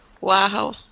Wow